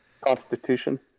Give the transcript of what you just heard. constitution